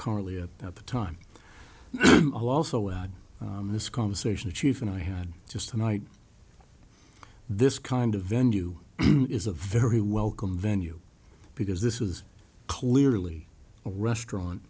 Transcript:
currently at the time i'll also add in this conversation the chief and i had just tonight this kind of venue is a very welcome venue because this is clearly a restaurant